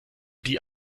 die